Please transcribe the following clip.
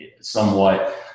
somewhat